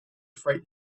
freight